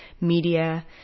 media